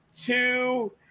two